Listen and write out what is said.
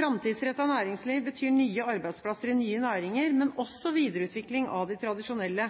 næringsliv betyr nye arbeidsplasser i nye næringer, men også videreutvikling av de tradisjonelle.